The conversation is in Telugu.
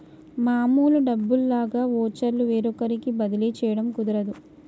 మామూలు డబ్బుల్లాగా వోచర్లు వేరొకరికి బదిలీ చేయడం కుదరదు